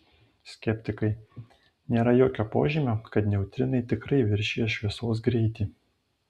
skeptikai nėra jokio požymio kad neutrinai tikrai viršijo šviesos greitį